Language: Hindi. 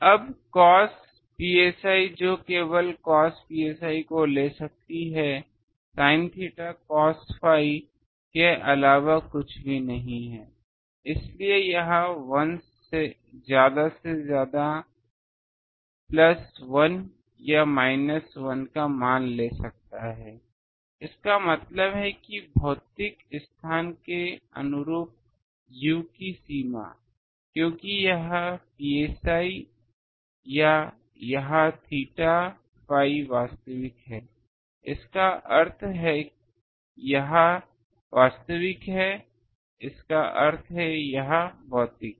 अब cos psi जो केवल cos psi को ले सकती है sin theta cos phi के अलावा कुछ भी नहीं है इसलिए यह 1 ज़्यादा से ज़्यादा प्लस 1 या माइनस 1 का मान ले सकता है इसका मतलब है भौतिक स्थान के अनुरूप u की सीमा क्योंकि यह psi या यह theta phi वास्तविक है इसका अर्थ है यह वास्तविक है इसका अर्थ है यह भौतिक है